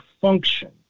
function